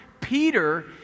peter